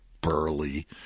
burly